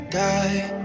die